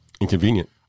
Inconvenient